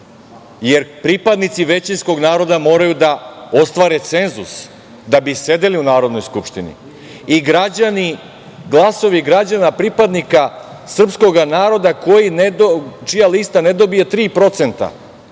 jer pripadnici većinskog naroda moraju da ostvare cenzus da bi sedeli u Narodnoj skupštini i glasovi građana pripadnika srpskog naroda čija lista ne dobije 3%